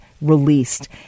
released